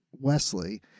Wesley